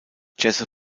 jesse